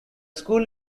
school